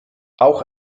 auch